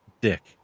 dick